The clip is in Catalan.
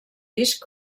disc